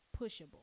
pushable